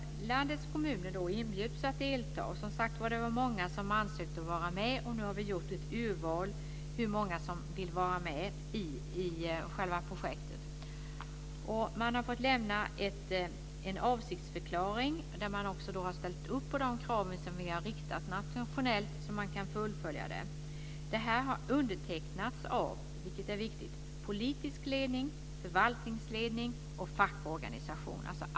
Landets kommuner har inbjudits att delta, och det är många som har ansökt om att få vara med, och nu har vi gjort ett urval av de som ska vara med i projektet. Kommunerna har fått lämna en avsiktsförklaring där de också har ställt upp på de krav som vi har riktat. Dessa avsiktsförklaringar har undertecknats av - vilket är viktigt - politisk ledning, förvaltningsledning och fackorganisation.